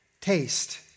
taste